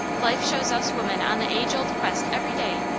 life shows us woman on the age-old quest every day,